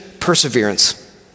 perseverance